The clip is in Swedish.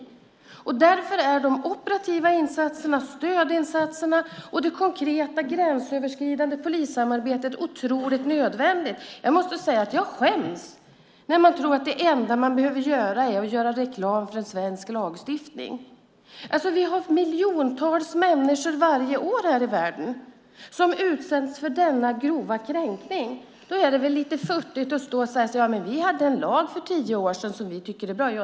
Därför är de operativa insatserna, stödinsatserna och det konkreta gränsöverskridande polissamarbetet otroligt nödvändigt. Jag måste säga att jag skäms när man tror att det enda man behöver göra är att göra reklam för en svensk lagstiftning. Varje år utsätts miljontals människor i världen för denna grova kränkning. Då är det lite futtigt att säga att vi hade en lag för tio år sedan som vi tycker är bra.